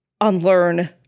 unlearn